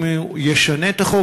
אם הוא ישנה את החוק.